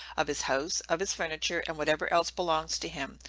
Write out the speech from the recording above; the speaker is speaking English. of his house, of his furniture, and whatever else belongs to him,